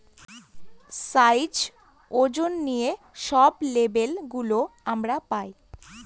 size, ওজন নিয়ে সব লেবেল গুলো আমরা পায়